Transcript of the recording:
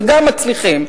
וגם מצליחים,